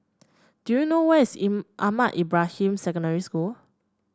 do you know where is in Ahmad Ibrahim Secondary School